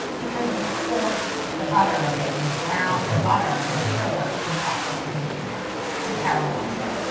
because you scorch the butter a bit you brown the butter with sugar in the process of making it to caramelize it.